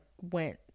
went